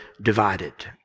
divided